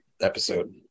episode